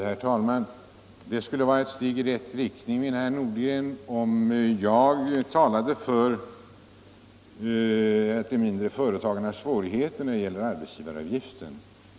Herr talman! Det skulle vara ett steg i rätt riktning, menade herr Nordgren, om jag talade för att de mindre företagen skulle få lättnader när det gäller arbetsgivaravgiften.